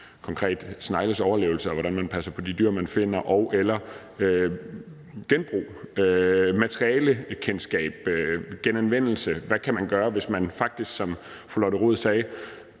konkrete snegles overlevelse, og hvordan man passer på de dyr, man finder, eller om genbrug, materialekendskab og genanvendelse – hvad kan man faktisk gøre, hvis man, som fru Lotte Rod sagde,